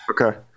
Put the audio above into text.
Okay